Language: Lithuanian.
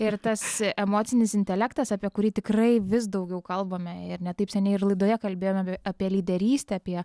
ir tas emocinis intelektas apie kurį tikrai vis daugiau kalbame ir ne taip seniai ir laidoje kalbėjome apie lyderystę apie